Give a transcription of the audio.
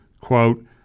quote